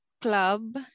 club